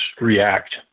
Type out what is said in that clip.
react